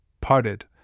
parted